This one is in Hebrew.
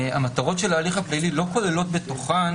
המטרות של ההליך הפלילי לא כוללות בתוכן